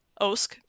Osk